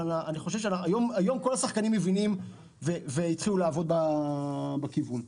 כל השחקנים היום מבינים והם התחילו לעבוד בכיוון.